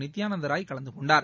நித்யானந்த ராய் கலந்து கொண்டார்